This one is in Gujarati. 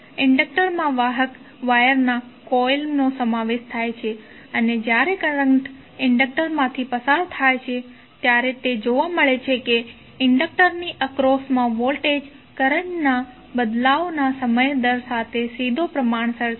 ઇન્ડક્ટરમાં વાહક વાયરના કોઇલ નો સમાવેશ થાય છે અને જ્યારે કરંટ ઇન્ડક્ટરમાંથી પસાર થાય છે ત્યારે તે જોવા મળે છે કે ઇન્ડક્ટરની એક્રોસમા વોલ્ટેજ કરંટના બદલાવના સમય દર સાથે સીધો પ્રમાણસર છે